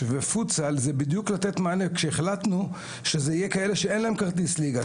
נותן אותו לילדים,